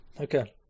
Okay